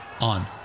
on